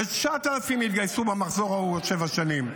ו-9,000 יתגייסו במחזור ההוא בעוד שבע שנים,